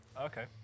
Okay